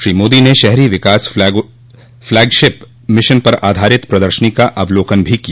श्री मोदी ने शहरी विकास फ्लैगशिप मिशन पर आधारित प्रदर्शनी का अवलोकन भी किया